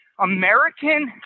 American